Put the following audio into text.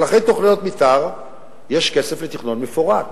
אבל אחרי תוכניות מיתאר יש כסף לתכנון מפורט.